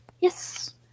Yes